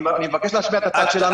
אני מבקש להשמיע את הצד שלנו.